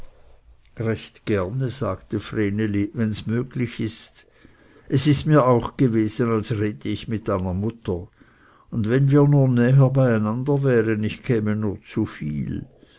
recht gerne sagte vreneli wenns möglich ist es ist mir auch gewesen als rede ich mit einer mutter und wenn wir nur näher bei einander wären ich käme nur zu viel